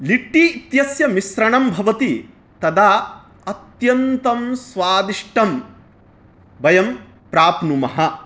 लिट्टि इत्यस्य मिश्रणं भवति तदा अत्यन्तं स्वादिष्टं वयं प्राप्नुमः